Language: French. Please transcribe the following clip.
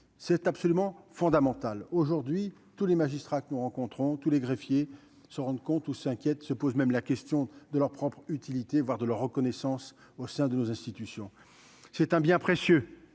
c'est absolument fondamental aujourd'hui tous les magistrats que nous rencontrons tous les greffiers se rendent compte ou s'inquiète se pose même la question de leur propre utilité voire de leur reconnaissance au sein de nos institutions, c'est un bien précieux